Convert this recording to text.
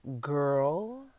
girl